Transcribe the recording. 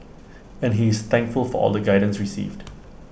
and he is thankful for all the guidance received